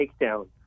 takedown